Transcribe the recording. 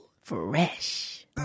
Fresh